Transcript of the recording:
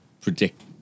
predict